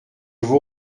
vous